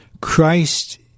Christ